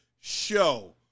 show